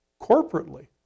corporately